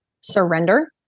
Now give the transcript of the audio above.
Surrender